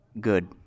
good